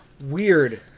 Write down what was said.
Weird